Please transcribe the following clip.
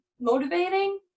motivating